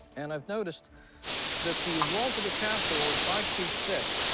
and i've noticed that the walls of the castle were five feet thick,